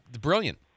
brilliant